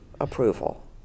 approval